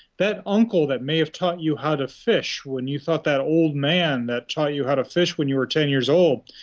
that uncle that may have taught you how to fish when you thought that old man, that taught you how to fish when you were ten years old,